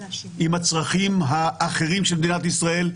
עם הצרכים האחרים של מדינת ישראל,